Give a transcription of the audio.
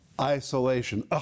isolation